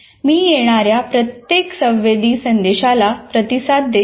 मी येणार्या प्रत्येक संवेदी संदेशाला प्रतिसाद देत नाही